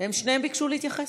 הם שניהם ביקשו להתייחס.